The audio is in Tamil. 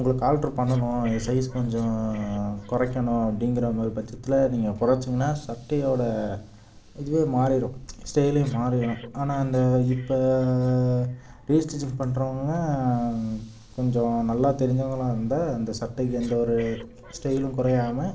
உங்களுக்கு ஆல்ட்ரு பண்ணணும் இது சைஸ் கொஞ்சம் குறைக்கணும் அப்படிங்கிற மாதிரி பட்சத்தில் நீங்கள் குறச்சிங்கன்னா சட்டையோடய இதுவே மாறிடும் ஸ்டைலே மாறிடும் ஆனால் அந்த இப்போ ரீ ஸ்டிச்சிங் பண்ணுறவுங்க கொஞ்சம் நல்லா தெரிஞ்சவங்களா இருந்தால் அந்த சட்டைக்கு எந்த ஒரு ஸ்டைலும் குறையாம